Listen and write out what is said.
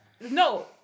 No